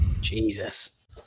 Jesus